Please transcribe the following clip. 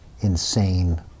insane